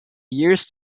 years